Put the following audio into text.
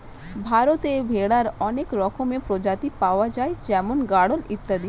ভারতে ভেড়ার অনেক রকমের প্রজাতি পাওয়া যায় যেমন গাড়ল ইত্যাদি